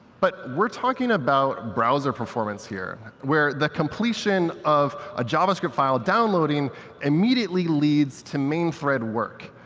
but we're talking about browser performance here where the completion of a javascript file downloading immediately leads to main thread work,